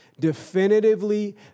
definitively